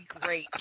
great